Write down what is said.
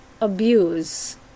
abuse